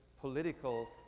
political